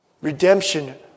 redemption